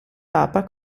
papa